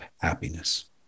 happiness